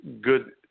good